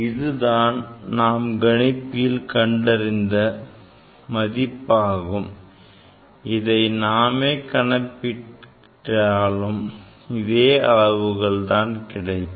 இதுதான் கணிப்பியில் நாம் கண்டறிந்த மதிப்பாகும் இதை நாமே கணக்கிட்டாலும் இந்த மதிப்புதான் கிடைக்கும்